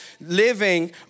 Living